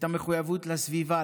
את המחויבות לסביבה,